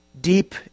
deep